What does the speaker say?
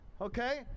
okay